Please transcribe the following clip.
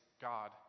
God